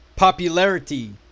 Popularity